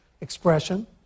expression